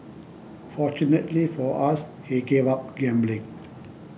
fortunately for us he gave up gambling